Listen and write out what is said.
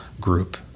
group